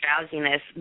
drowsiness